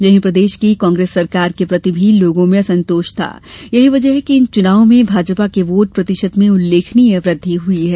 वहीं प्रदेश की कांग्रेस सरकार के प्रति भी लोगों में असंतोष था यही वजह है कि इन चुनावों में भाजपा के वोट प्रतिशत में उल्लेखनीय वृद्धि हुई है